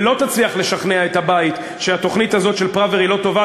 ולא תצליח לשכנע את הבית שהתוכנית הזאת של פראוור היא לא טובה,